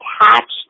attached